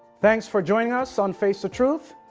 thanks for joining us on face the truth.